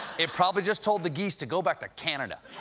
it probably just told the geese to go back to canada.